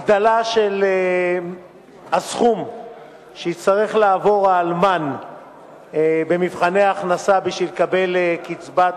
מדובר בהגדלה של הסכום שיצטרך לעבור האלמן במבחני ההכנסה כדי לקבל קצבת